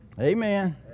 Amen